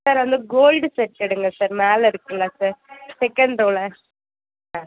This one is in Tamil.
சார் அந்த கோல்ட் செட் எடுங்கள் சார் மேலே இருக்குதுல்ல சார் செகண்ட் ரோல ஆ